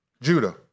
Judah